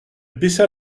baissa